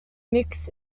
mix